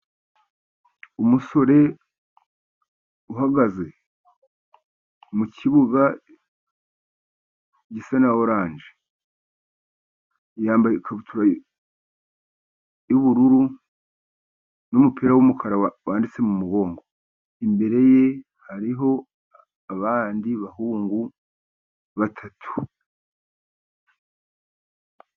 Umusore uhagaze mu kibuga gisa na orange, yambaye ikabutura y'ubururu n'umupira w'umukara wanditse mu mugongo, imbere ye hariho abandi bahungu batatu.